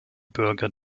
bürger